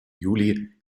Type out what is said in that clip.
juli